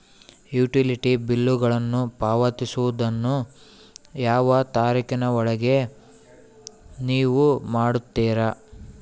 Utility ಬಿಲ್ಲುಗಳನ್ನು ಪಾವತಿಸುವದನ್ನು ಯಾವ ತಾರೇಖಿನ ಒಳಗೆ ನೇವು ಮಾಡುತ್ತೇರಾ?